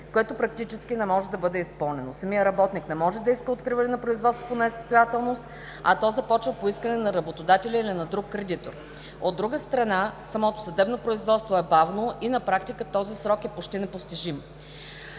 което практически не може да бъде изпълнено. Самият работник не може да иска откриване на производство по несъстоятелност, а то започва по искане на работодателя или на друг кредитор. От друга страна, самото съдебно производство е бавно и на практика този срок е почти непостижим.